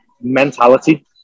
mentality